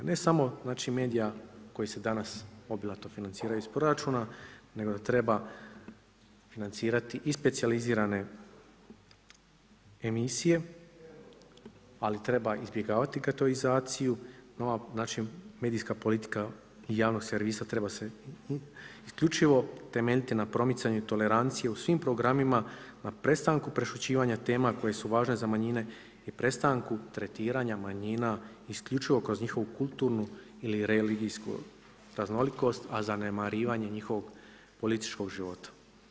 Ne samo medija koji se danas obilato financiraju iz proračuna nego treba financirati i specijalizirane emisije, ali treba izbjegavati getoizaciju, nova medijska politika javnog servisa treba se isključivo temeljiti na promicanju tolerancije u svim programima na prestanku prešućivanja tema koje su važne za manjine i prestanku tretiranja manjina isključivo kroz njihovu kulturnu i religijsku raznolikost, a zanemarivanje njihovog političkog života.